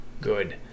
good